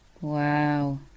Wow